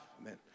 Amen